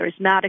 charismatic